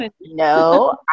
no